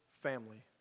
family